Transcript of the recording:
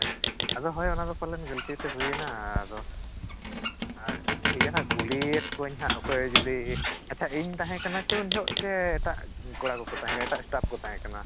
ᱦᱮᱸ ᱟᱫᱚ ᱦᱳᱭ ᱚᱱᱟ ᱫᱚ ᱯᱟᱞᱮᱱ ᱜᱟᱹᱞᱛᱤ ᱛᱮ ᱦᱩᱭᱮᱱᱟ ᱟᱫᱚ ᱴᱷᱤᱠ ᱜᱮᱭᱟ ᱦᱟᱜ ᱠᱩᱞᱤᱭᱮᱫ ᱠᱚᱣᱟᱹᱧ ᱦᱟᱜ ᱚᱠᱚᱭ ᱡᱩᱫᱤ ᱟᱪᱪᱷᱟ ᱤᱧ ᱛᱟᱦᱮᱸ ᱠᱟᱱᱟ ᱪᱮ ᱩᱱ ᱡᱚᱦᱚᱜ ᱮᱴᱟᱜ ᱪᱮ ᱮᱴᱟᱜ ᱠᱚᱲᱟ ᱠᱚ ᱠᱚ ᱛᱟᱦᱮᱸ ᱮᱴᱟᱜ ᱥᱴᱟᱯ ᱠᱚ ᱛᱟᱦᱮᱸ ᱠᱟᱱᱟ